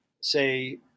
say